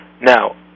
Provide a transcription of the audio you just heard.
Now